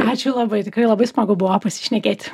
ačiū labai tikrai labai smagu buvo pasišnekėti